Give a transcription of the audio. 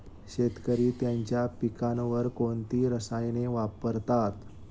शेतकरी त्यांच्या पिकांवर कोणती रसायने वापरतात?